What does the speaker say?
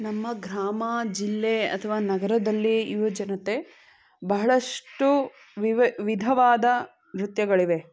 ನಮ್ಮ ಗ್ರಾಮ ಜಿಲ್ಲೆ ಅಥವಾ ನಗರದಲ್ಲಿ ಯುವ ಜನತೆ ಬಹಳಷ್ಟು ವಿಧವಾದ ನೃತ್ಯಗಳಿವೆ